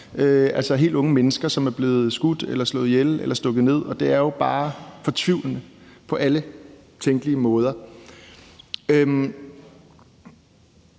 altså helt unge mennesker, som er blevet skudt eller slået ihjel eller stukket ned, og det er jo bare fortvivlende på alle tænkelige måder.